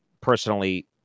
personally